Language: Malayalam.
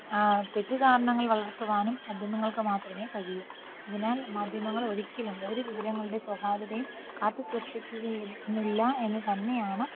തെറ്റിദ്ധാരണകൾ വളർത്തുവാനും മാധ്യമങ്ങൾക്ക് മാത്രമേ കഴിയൂ അതിനാൽ മാധ്യമങ്ങൾ ഒരിക്കലും ഒരു വിവരങ്ങളുടെ സ്വകാര്യതയും കാത്തുസൂക്ഷിക്കുന്നില്ല എന്ന് തന്നെയാണ്